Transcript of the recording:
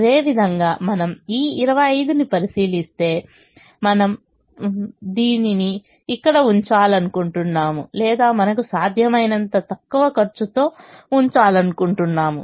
అదేవిధంగా మనము ఈ 25 ని పరిశీలిస్తే మనము దీనిని ఇక్కడ ఉంచాలనుకుంటున్నాము లేదా మనకు సాధ్యమైనంత తక్కువ ఖర్చుతో ఉంచాలనుకుంటున్నాము